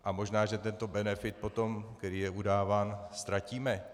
A možná, že tento benefit potom, který je udáván, ztratíme.